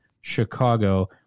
Chicago